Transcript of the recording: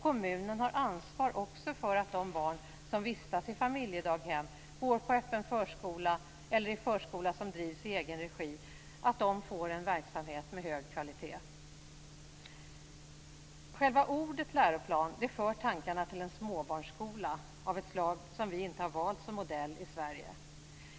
Kommunen har ansvar också för att de barn som vistas i familjedaghem, går på öppen förskola eller i förskola som drivs i egen regi får en verksamhet med hög kvalitet. Själva ordet läroplan för tankarna till en småbarnsskola av ett slag som vi inte har valt som modell i Sverige.